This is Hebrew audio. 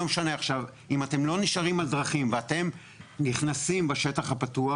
לא משנה והם נכנסים בשטח הפתוח